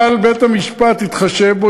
אבל בית-המשפט התחשב בו,